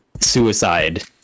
suicide